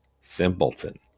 Simpleton